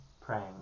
praying